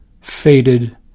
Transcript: faded